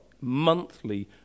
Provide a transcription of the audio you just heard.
monthly